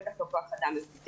בטח לא כוח אדם איכותי.